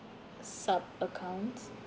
sub accounts